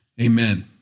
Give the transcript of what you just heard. Amen